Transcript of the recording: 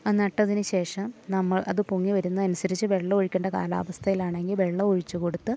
നട്ടതിനു ശേഷം നമ്മൾ അതു പൊങ്ങി വരുന്ന അനുസരിച്ച് വെള്ളം ഒഴിക്കേണ്ട കാലാവസ്ഥയിലാണെങ്കിൽ വെള്ളം ഒഴിച്ച് കൊടുത്ത്